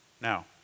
Now